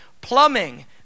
plumbing